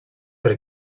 per